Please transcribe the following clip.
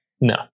No